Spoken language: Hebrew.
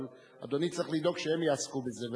אבל אדוני צריך לדאוג שהם יעסקו בזה,